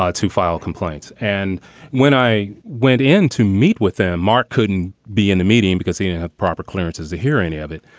ah to file complaints. and when i went in to meet with them, mark couldn't be in the meeting because he didn't and have proper clearances to hear any of it.